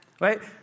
Right